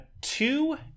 two